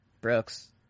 Brooks